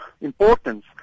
importance